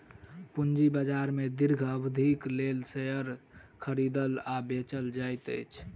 पूंजी बाजार में दीर्घ अवधिक लेल शेयर खरीदल आ बेचल जाइत अछि